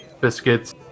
biscuits